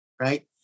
right